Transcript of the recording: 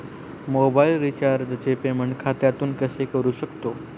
Mobile रिचार्जचे payment खात्यातून कसे करू शकतो?